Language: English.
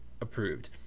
approved